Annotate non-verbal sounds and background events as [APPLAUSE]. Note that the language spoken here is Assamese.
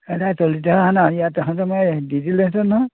নাই [UNINTELLIGIBLE] আহা নাই [UNINTELLIGIBLE] মই দি দিলেহেঁতেনে নহয়